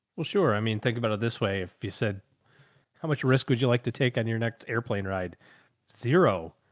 well, sure. i mean, think about it this way. if you said how much risk would you like to take on your next airplane? ride zero.